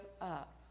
up